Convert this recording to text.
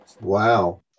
Wow